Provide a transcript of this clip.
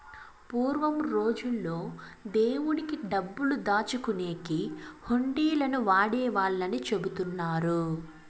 పూర్వం రోజుల్లో దేవుడి డబ్బులు దాచుకునేకి హుండీలను వాడేవాళ్ళని చెబుతున్నారు